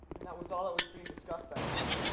and that was all that was being discussed that day.